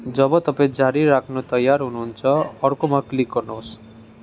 जब तपाईँ जारी राख्न तयार हुनु हुन्छ अर्कोमा क्लिक गर्नु होस्